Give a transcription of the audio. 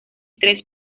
tres